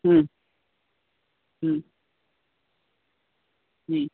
হুম হুম হুম